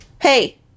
Hey